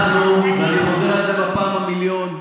אנחנו, ואני חוזר על זה בפעם המיליון,